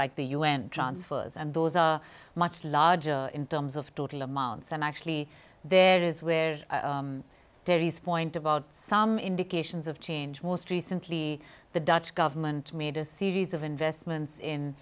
like the u n transfers and those are much larger in terms of total amounts and actually there is where terri's point about some indications of change most recently the dutch government made a series of investments in